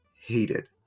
hated